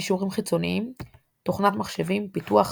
קישורים חיצוניים תוכנת מחשבים - פיתוח,